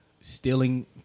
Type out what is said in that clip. stealing